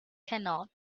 cannot